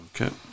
Okay